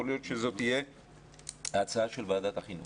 יכול להיות שזו תהיה הצעה של ועדת החינוך.